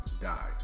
died